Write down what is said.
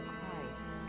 Christ